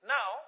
Now